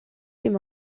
dim